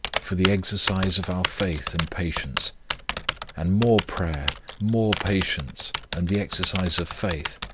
for the exercise of our faith and patience and more prayer, more patience, and the exercise of faith,